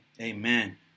Amen